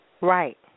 Right